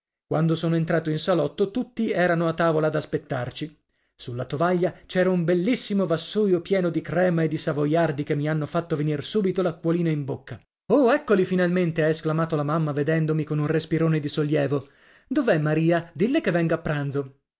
quando sono entrato in salotto tutti erano a tavola ad aspettarci sulla tovaglia c'era un bellissimo vassoio pieno di crema e di savoiardi che mi hanno fatto venir subito l'acquolina in bocca oh eccoli finalmente ha esclamato la mamma vedendomi con un respirone di sollievo dov'è maria dille che venga a pranzo